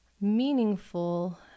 meaningful